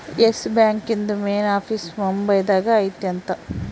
S Bank ಇಂದು main office Mumbai ದಾಗ ಐತಿ ಅಂತ